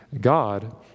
God